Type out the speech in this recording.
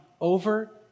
over